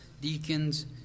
deacons